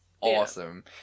awesome